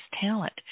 talent